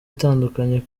itandukanye